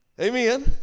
Amen